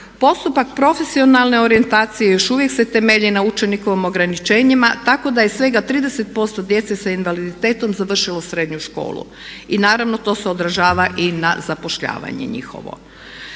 Postupak profesionalne orijentacije još uvijek se temelji na učenikovom ograničenju tako da je svega 30% djece sa invaliditetom završilo srednju školu. I naravno to se odražava i na zapošljavanje njihovo.